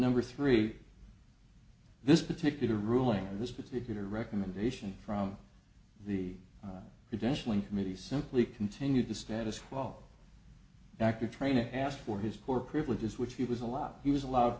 number three this particular ruling this particular recommendation from the eventually committee simply continue the status quo back to training i asked for his for privileges which he was a lot he was allowed